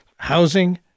Housing